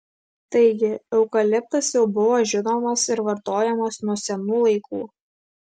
taigi eukaliptas jau buvo žinomas ir vartojamas nuo senų laikų